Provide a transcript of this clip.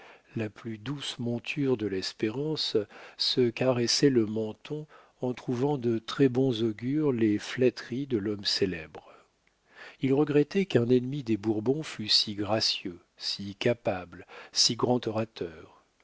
la plus douce monture de l'espérance se caressait le menton en trouvant de très-bon augure les flatteries de l'homme célèbre il regrettait qu'un ennemi des bourbons fût si gracieux si capable si grand orateur